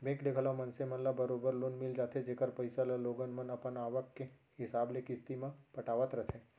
bank ले घलौ मनसे मन ल बरोबर लोन मिल जाथे जेकर पइसा ल लोगन मन अपन आवक के हिसाब ले किस्ती म पटावत रथें